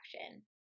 action